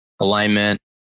alignment